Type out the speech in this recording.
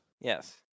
yes